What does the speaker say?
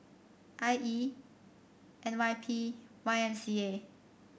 I E N Y P Y M C A